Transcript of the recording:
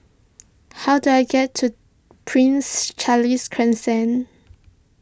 how do I get to Prince Charles Crescent